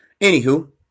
Anywho